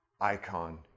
Icon